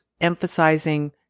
emphasizing